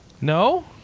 No